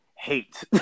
Hate